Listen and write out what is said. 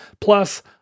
Plus